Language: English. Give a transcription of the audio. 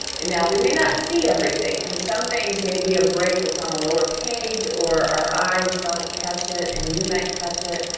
and now, we may not see everything, cause some things may be a break that's on a lower page, or our eyes don't catch it, and you might catch it,